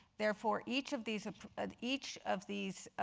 therefore, each of these ah each of these